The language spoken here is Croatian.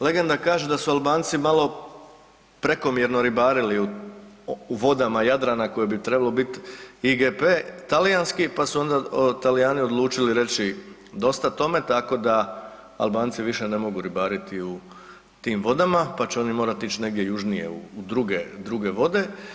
Legenda kaže da su Albanci malo prekomjerno ribarili u vodama Jadrana koje bi trebalo biti IGP talijanski pa su onda Talijani odlučili reći dosta tome, tako da Albanci više ne mogu ribariti u tim vodama pa će oni morati ići negdje južnije u druge vode.